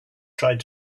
tried